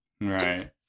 Right